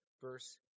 verse